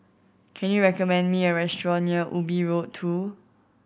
can you recommend me a restaurant near Ubi Road Two